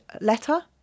letter